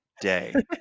day